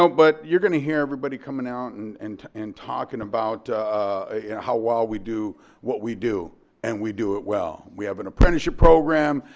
so but you're gonna hear everybody coming out and talking and talking about how well we do what we do and we do it well. we have an apprenticeship program.